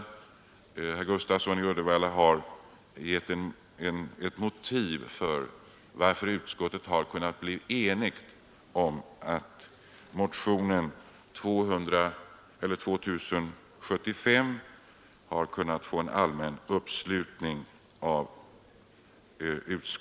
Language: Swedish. Herr Gustafsson i Uddevalla har lämnat ett motiv till att utskottet kunnat enas och att motionens förslag fått en allmän uppslutning.